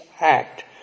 act